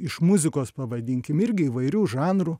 iš muzikos pavadinkim irgi įvairių žanrų